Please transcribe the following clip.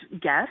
guess